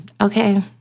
Okay